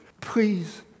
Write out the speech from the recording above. please